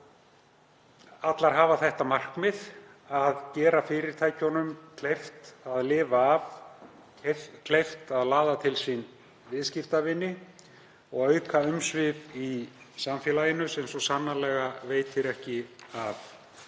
Allar hafa það markmið að gera fyrirtækjunum kleift að lifa af, kleift að laða til sín viðskiptavini og auka umsvif í samfélaginu sem svo sannarlega veitir ekki af.